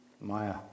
Maya